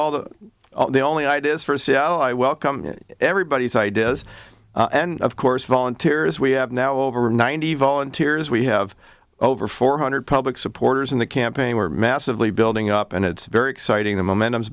all the only ideas for seo i welcomed everybody's ideas and of course volunteers we have now over ninety volunteers we have over four hundred public supporters in the campaign were massively building up and it's very exciting the momentum